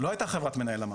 לא הייתה חברת מנהל למערכת,